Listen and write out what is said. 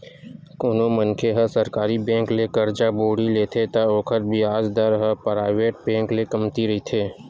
कोनो मनखे ह सरकारी बेंक ले करजा बोड़ी लेथे त ओखर बियाज दर ह पराइवेट बेंक ले कमती रहिथे